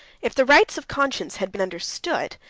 if the rights of conscience had been understood,